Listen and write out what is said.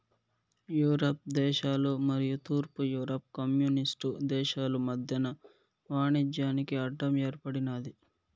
Europe దేశాలు మరియు తూర్పు యూరప్ కమ్యూనిస్టు దేశాలు మధ్యన వాణిజ్యానికి అడ్డం ఏర్పడినాది